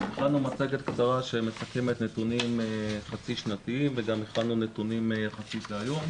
הכנו מצגת קצרה שמסכמת נתונים חצי שנתיים וגם הכנו נתונים להיום.